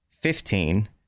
Fifteen